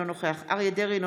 אינו נוכח אריה מכלוף דרעי,